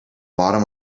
bottom